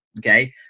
okay